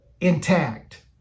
intact